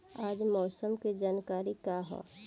आज मौसम के जानकारी का ह?